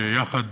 שיחד